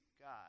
God